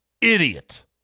idiot